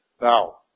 Now